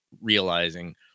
realizing